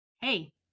hey